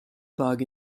bug